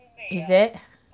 is it